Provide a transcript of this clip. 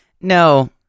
No